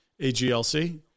AGLC